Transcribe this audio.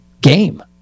Game